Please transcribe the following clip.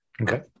Okay